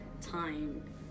time